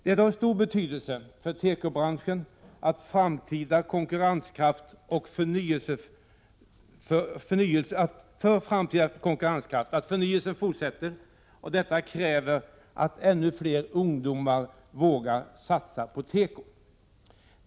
Det är av stor betydelse för tekobranschens framtida konkurrenskraft att förnyelsen fortsätter, och detta kräver att ännu fler ungdomar vågar satsa på teko.